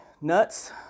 nuts